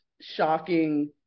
shocking